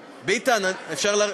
ביטן, אפשר לרדת?